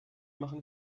machen